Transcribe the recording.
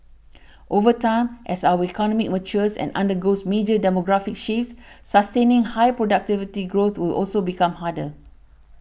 over time as our economy matures and undergoes major demographic shifts sustaining high productivity growth will also become harder